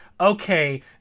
okay